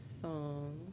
song